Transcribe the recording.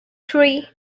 three